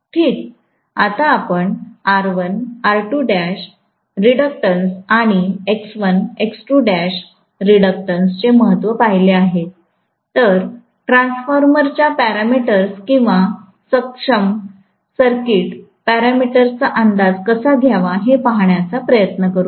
आता आम्ही R1रिडक्शन आणि X1 रिडक्शन चे महत्त्व पाहिले आहे तर ट्रान्सफॉर्मरच्या पॅरामीटर्स किंवा समकक्ष सर्किट पॅरामीटर्सचा अंदाज कसा घ्यावा हे पाहण्याचा प्रयत्न करूया